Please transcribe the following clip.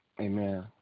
Amen